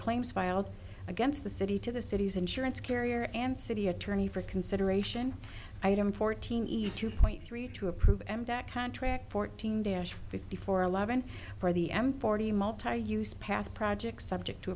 claims filed against the city to the city's insurance carrier and city attorney for consideration item fourteen eat two point three two approved mbak contract fourteen dash fifty four eleven for the m forty multiuse path projects subject to